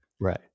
Right